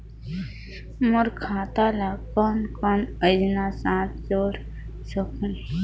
मोर खाता ला कौन कौन योजना साथ जोड़ सकहुं?